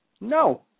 No